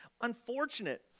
unfortunate